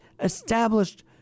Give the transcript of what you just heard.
established